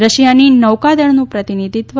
રશિયાની નૌકાદળનું પ્રતિનિધિત્વ